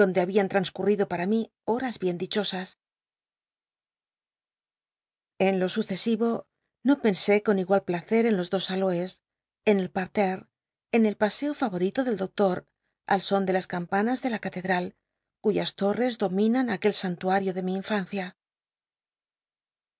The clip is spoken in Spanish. donde habiantranscurrido para mi horas bien dichosas en lo succsiro no pensé con igual placer en los dos aloes en el parterre en el paseo fiorilo del doctor al son de las campana de la calccltal cuyas lort'cs dominan aquel santuario de mi infancia